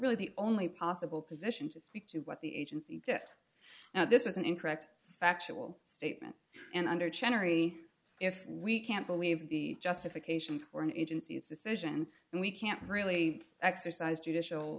really the only possible position to speak to what the agency get this was an incorrect factual statement and under general if we can't believe the justifications for an agency's decision and we can't really exercise judicial